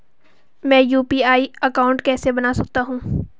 मैं UPI account कैसे बना सकता हूं?